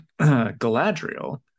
Galadriel